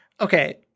Okay